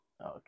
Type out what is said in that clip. Okay